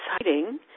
exciting